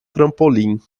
trampolim